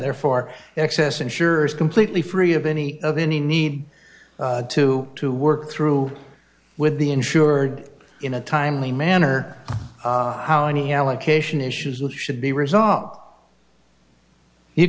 therefore excess insurers completely free of any of any need to to work through with the insured in a timely manner how any allocation issues that should be resolved